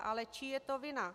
Ale čí je to vina?